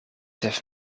have